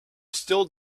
still